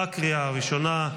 בקריאה הראשונה.